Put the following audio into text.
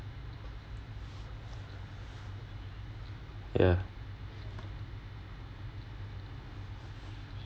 ya